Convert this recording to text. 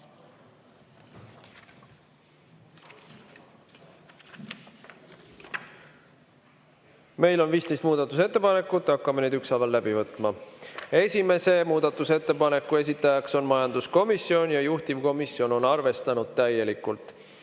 on 15 muudatusettepanekut, hakkame neid ükshaaval läbi võtma. Esimese muudatusettepaneku esitaja on majanduskomisjon ja juhtivkomisjon on arvestanud täielikult.